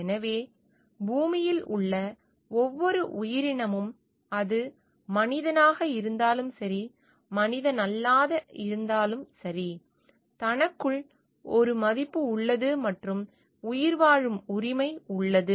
எனவே பூமியில் உள்ள ஒவ்வொரு உயிரினமும் அது மனிதனாக இருந்தாலும் சரி மனிதனல்லாததாக இருந்தாலும் சரி தனக்குள் ஒரு மதிப்பு உள்ளது மற்றும் உயிர்வாழும் உரிமை உள்ளது